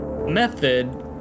method